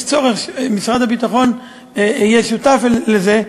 שמשרד הביטחון יהיה שותף לזה,